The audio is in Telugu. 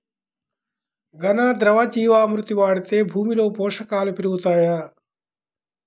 ఘన, ద్రవ జీవా మృతి వాడితే భూమిలో పోషకాలు పెరుగుతాయా?